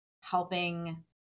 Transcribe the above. helping